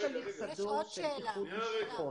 יש הליך סדור של איחוד משפחות.